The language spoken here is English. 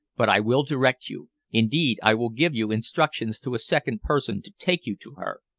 but i will direct you. indeed, i will give you instructions to a second person to take you to her.